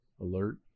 Alert